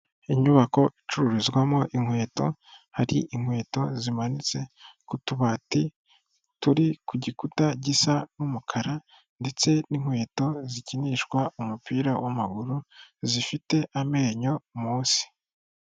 Inyubako icururizwamo inkweto, hari inkweto zimanitse ku tubati turi ku gikuta gisa n'umukara ndetse n'inkweto zikinishwa umupira w'amaguru zifite amenyo munsi.